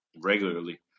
regularly